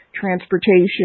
transportation